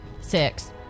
six